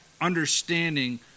understanding